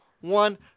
one